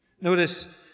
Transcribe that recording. Notice